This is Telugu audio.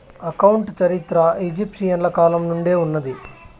అకౌంట్ చరిత్ర ఈజిప్షియన్ల కాలం నుండే ఉన్నాది